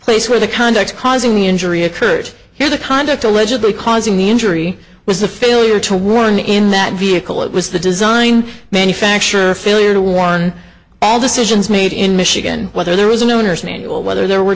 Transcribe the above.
place where the contacts causing the injury occurred here the conduct allegedly causing the injury was the failure to warn in that vehicle it was the design manufacturer failure to warn all decisions made in michigan whether there was an owner's manual whether there were